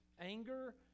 anger